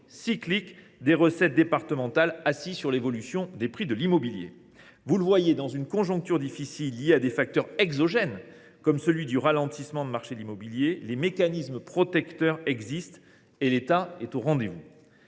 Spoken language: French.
cyclique des recettes départementales assises sur l’évolution des prix de l’immobilier. Vous le voyez, mesdames, messieurs les sénateurs, dans une conjoncture difficile liée à des facteurs exogènes, comme le ralentissement du marché immobilier, les mécanismes protecteurs existent et l’État est au rendez vous.